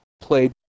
played